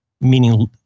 meaning